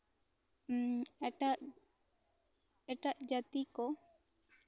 ᱮᱜ ᱮᱴᱟᱜ ᱮᱴᱟᱜ ᱡᱟᱹᱛᱤ ᱠᱚ